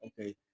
okay